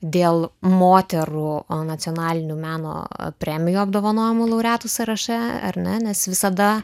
dėl moterų nacionalinių meno premijų apdovanojimų laureatų sąraše ar ne nes visada